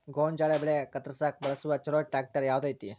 ಗೋಂಜಾಳ ಬೆಳೆ ಕತ್ರಸಾಕ್ ಬಳಸುವ ಛಲೋ ಟ್ರ್ಯಾಕ್ಟರ್ ಯಾವ್ದ್ ಐತಿ?